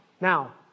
Now